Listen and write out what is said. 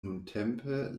nuntempe